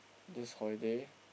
this holiday